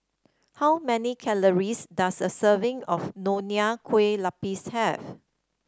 how many calories does a serving of Nonya Kueh Lapis have